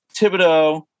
Thibodeau